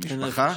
למשפחה.